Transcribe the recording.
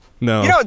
No